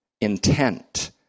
intent